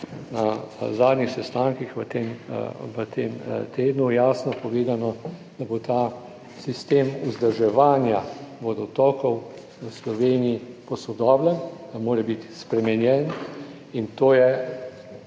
na zadnjih sestankih v tem, v tem tednu jasno povedano, da bo ta sistem vzdrževanja vodotokov v Sloveniji posodobljen, da mora biti spremenjen. In to je